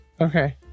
okay